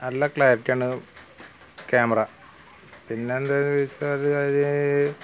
നല്ല ക്ലാരിറ്റിയാണ് ക്യാമറ പിന്നെ എന്താന്ന് വെച്ചാൽ അത്